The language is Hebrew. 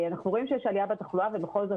אנחנו רואים שיש עלייה בתחלואה ובכל זאת